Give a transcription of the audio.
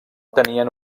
tenien